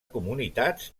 comunitats